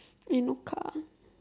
eh no car